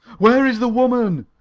where is the woman?